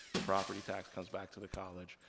the property tax comes back to the college.